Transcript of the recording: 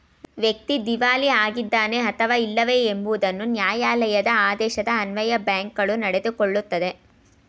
ವ್ಯಕ್ತಿ ದಿವಾಳಿ ಆಗಿದ್ದಾನೆ ಅಥವಾ ಇಲ್ಲವೇ ಎಂಬುದನ್ನು ನ್ಯಾಯಾಲಯದ ಆದೇಶದ ಅನ್ವಯ ಬ್ಯಾಂಕ್ಗಳು ನಡೆದುಕೊಳ್ಳುತ್ತದೆ